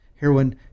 heroin